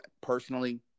personally